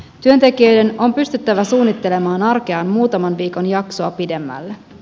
työntekijöiden on pystyttävä suunnittelemaan arkeaan muutaman viikon jaksoa pidemmälle